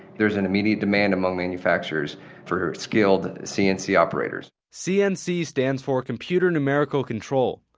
there's an immediate demand among manufacturers for skilled cnc operators. cnc stands for computer numerical control.